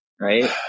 Right